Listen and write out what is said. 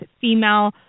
female